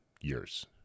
years